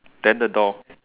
then the door